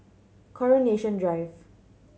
Coronation Drive